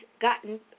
gotten